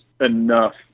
enough